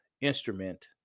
instrument